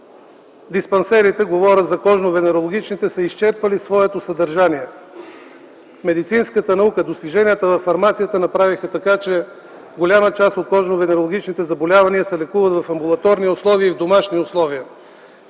диспансерите говорят. Кожно-венерологичните са изчерпали своето съдържание. Медицинската наука, достиженията във фармацията направиха така, че голяма част от кожно-венерологичните заболявания се лекуват в амбулаторни и домашни условия.